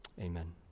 Amen